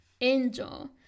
angel